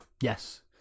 Yes